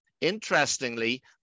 Interestingly